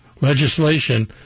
Legislation